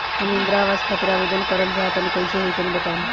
हम इंद्रा आवास खातिर आवेदन करल चाह तनि कइसे होई तनि बताई?